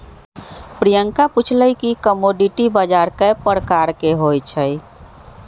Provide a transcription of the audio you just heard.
प्रियंका पूछलई कि कमोडीटी बजार कै परकार के होई छई?